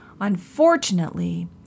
Unfortunately